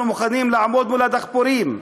אנחנו מוכנים לעמוד מול הדחפורים.